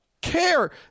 care